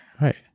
Right